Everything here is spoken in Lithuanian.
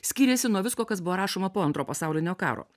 skyrėsi nuo visko kas buvo rašoma po antro pasaulinio karo